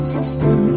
System